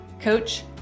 coach